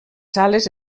sales